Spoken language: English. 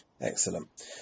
Excellent